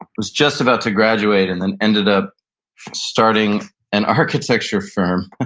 was just about to graduate and then ended up starting an architecture firm,